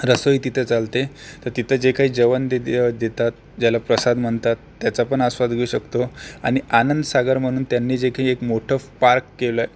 रसोई तिथं चालते तर तिथे जे काही जेवण दे देतात ज्याला प्रसाद म्हणतात त्याचापण आस्वाद घेऊ शकतो आणि आनंदसागर म्हणून त्यांनी जे काही एक मोठं पार्क केलं आहे